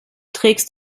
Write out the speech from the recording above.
trägst